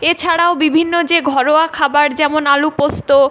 এছাড়াও বিভিন্ন যে ঘরোয়া খাবার যেমন আলু পোস্ত